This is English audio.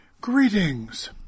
Greetings